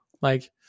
like-